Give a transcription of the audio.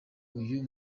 uyu